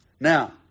Now